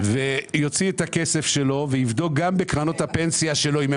ויוציא את הכסף שלו ויבדוק גם בקרנות הפנסיה שלו אם הם